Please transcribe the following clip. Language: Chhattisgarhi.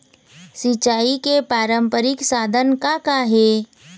सिचाई के पारंपरिक साधन का का हे?